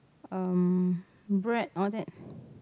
um bread all that